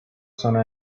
zona